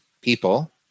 people